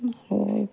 আৰু